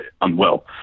unwell